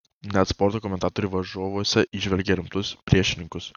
net sporto komentatoriai varžovuose įžvelgia rimtus priešininkus